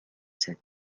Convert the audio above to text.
sept